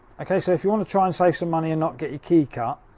okay, so if you want to try and save some money and not get your key cut,